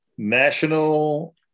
National